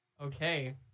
Okay